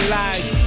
lies